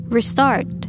Restart